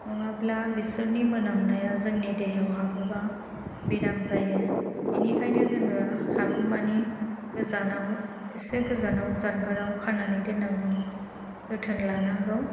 नङाब्ला बिसोरनि मोनामनाया जोंनि देहायाव हाबोब्ला बेराम जायो बिनिखायनो जोङो हागौमानि गोजानाव एसेे गोजानाव जानगाराव खानानै दोननांगौ जोथोन लानांगौ